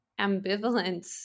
ambivalence